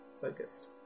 focused